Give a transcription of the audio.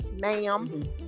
ma'am